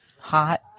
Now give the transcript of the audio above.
Hot